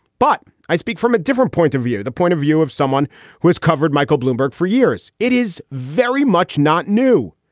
but i speak from a different point of view. the point of view of someone who has covered michael bloomberg for years, it is very much not new.